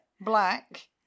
black